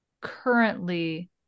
currently